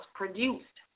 produced